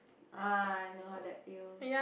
ah I know how that feels